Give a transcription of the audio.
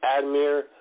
Admir